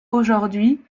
aujourd’hui